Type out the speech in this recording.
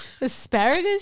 Asparagus